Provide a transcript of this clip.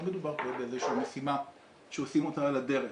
מדובר פה באיזה שהיא משימה שעושים אותה על הדרך,